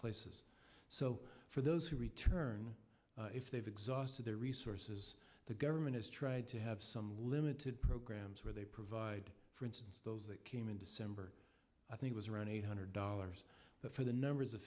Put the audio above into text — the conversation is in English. places so for those who return if they've exhausted their resources the government has tried to have some limited programs where they provide for instance those that came in december i think was around eight hundred dollars for the numbers of